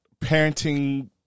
parenting